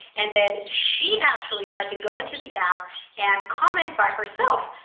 and then she actually tried to go into the app and comment by herself,